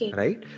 right